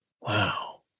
Wow